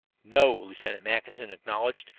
no, lieutenant mackinson acknowledged,